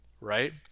right